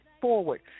forward